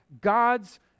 God's